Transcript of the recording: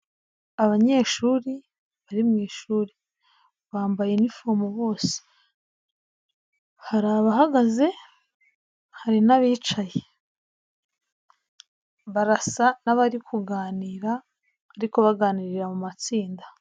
Abanyeshuri bari mu ishuri ,bambaye inifomu bose, hari abahagaze hari n'abicaye, barasa n'abari kuganira ariko baganirira mu matsinda.